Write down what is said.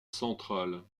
centrale